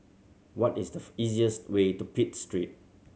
what is the easiest way to Pitt Street